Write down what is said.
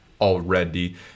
already